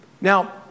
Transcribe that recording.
Now